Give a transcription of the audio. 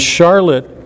Charlotte